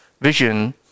vision